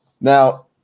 Now